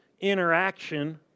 interaction